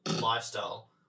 lifestyle